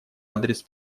адрес